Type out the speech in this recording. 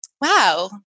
wow